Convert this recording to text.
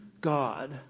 God